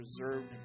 preserved